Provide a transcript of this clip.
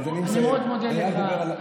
אני מאוד מודה לך.